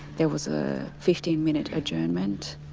there was a fifteen minute adjournment.